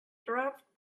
draft